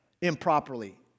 improperly